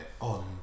on